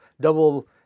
double